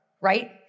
right